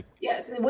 Yes